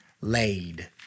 laid